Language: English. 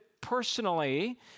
personally